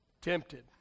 tempted